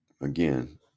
Again